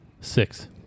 Six